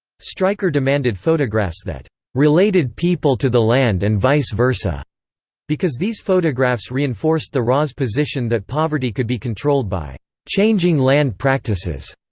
stryker demanded photographs that related people to the land and vice versa because these photographs reinforced the ra's position that poverty could be controlled by changing land practices.